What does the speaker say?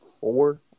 four